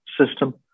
system